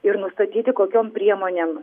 ir nustatyti kokiom priemonėm